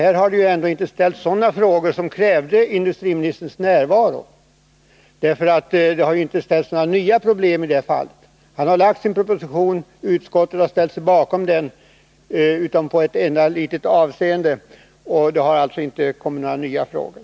Här har det ändå inte ställts sådana frågor som krävde industriministerns närvaro, för det har inte framkommit några nya problem. Industriministern har lagt fram sin proposition, utskottet har ställt sig bakom den—utomi ett enda litet avseende — och det har alltså inte kommit några nya frågor.